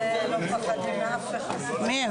מודה